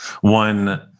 One